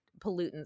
pollutants